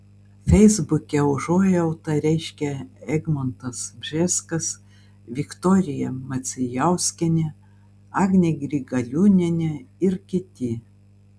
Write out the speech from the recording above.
feisbuke užuojautą reiškia egmontas bžeskas viktorija macijauskienė agnė grigaliūnienė ir kiti